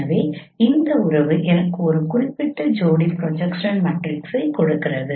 எனவே இந்த உறவு எனக்கு ஒரு குறிப்பிட்ட ஜோடி ப்ரொஜெக்ஷன் மேட்ரிக்ஸைக் கொடுக்கிறது